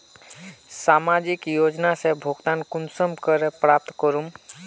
सामाजिक योजना से भुगतान कुंसम करे प्राप्त करूम?